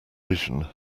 vision